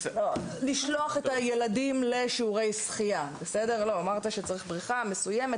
לשלוח את הילדים לשיעורי שחייה אמרת שצריך בריכה מסוימת